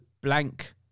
blank